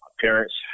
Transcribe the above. Parents